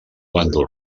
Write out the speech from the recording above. bàndol